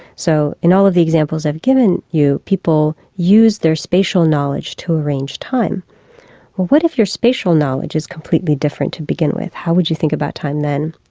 so in all of the examples i've given you people use their spatial knowledge to arrange time. but what if your spatial knowledge is completely different to begin with, how would you think about time then?